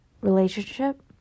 relationship